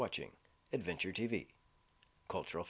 watching adventure t v cultural